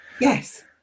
Yes